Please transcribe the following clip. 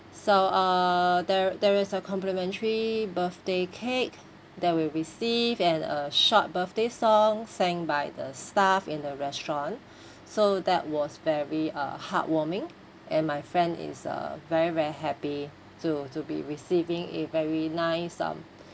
so uh there there is a complimentary birthday cake that we received and a short birthday song sang by the staff in the restaurant so that was very uh heartwarming and my friend is uh very very happy to to be receiving a very nice um